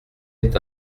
est